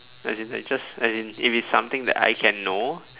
as in I just as in if it's something that I can know